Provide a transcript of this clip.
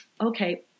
okay